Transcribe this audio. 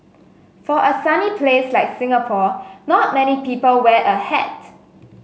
for a sunny place like Singapore not many people wear a hat